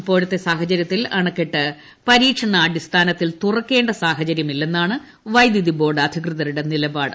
ഇപ്പോഴത്തെ സാഹചര്യത്തിൽ അണക്കെട്ട് പരീക്ഷണാടിസ്ഥാനത്തിൽ തുറക്കേണ്ട സാഹചര്യമില്ലെന്നാണ് വൈദ്യുതിബോർഡ് അധികൃതരുടെ നിലപാട്